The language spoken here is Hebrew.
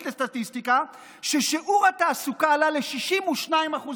לסטטיסטיקה ששיעור התעסוקה עלה ל-62%,